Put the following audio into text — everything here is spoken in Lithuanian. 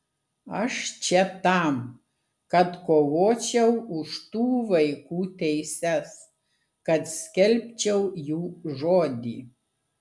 aš čia tam kad kovočiau už tų vaikų teises kad skelbčiau jų žodį